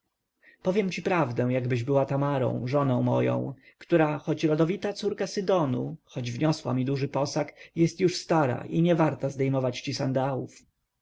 powiem ci prawdę jakbyś była tamarą żoną moją która choć rodowita córka sydonu choć wniosła mi duży posag jest już stara i niewarta zdejmować ci